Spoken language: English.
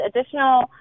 additional